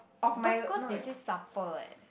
but cause they say supper leh